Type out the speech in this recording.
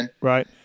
Right